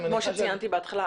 כפי שציינתי בהתחלה,